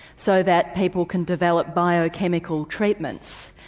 so that people can develop biochemical treatments.